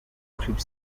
script